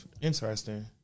Interesting